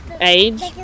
age